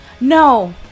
No